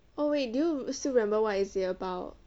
oh wait do you still remember what is it about